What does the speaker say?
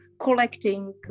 collecting